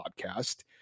podcast